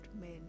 men